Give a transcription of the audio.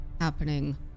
happening